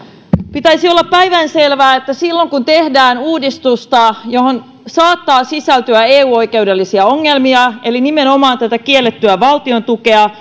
pitäisi olla päivänselvää että silloin kun tehdään uudistusta johon saattaa sisältyä eu oikeudellisia ongelmia eli nimenomaan tätä kiellettyä valtiontukea